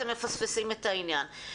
אתם מפספסים את העניין.